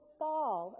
fall